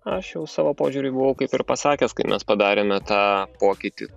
aš jau savo požiūrį buvau kaip ir pasakęs kai mes padarėme tą pokytį